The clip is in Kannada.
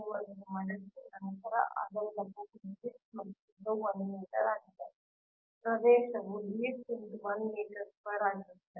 ನೀವು ಅದನ್ನು ಮಡಚಿ ನಂತರ ಈ ದಪ್ಪವು d x ಮತ್ತು ಈ ಉದ್ದವು 1 ಮೀಟರ್ ಆಗಿದೆ